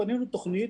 בנינו תוכנית,